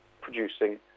producing